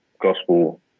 gospel